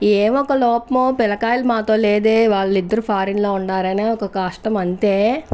ఏవొక లోపమో పిల్లకాయలు మాతో లేదే వాళ్లిద్దరూ ఫారెన్లో ఉన్నారని ఒక కష్టం అంతే